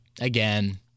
Again